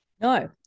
No